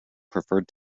preferred